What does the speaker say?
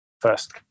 first